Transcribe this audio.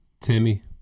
Timmy